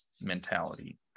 mentality